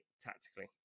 tactically